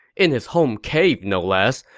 in his home cave no less,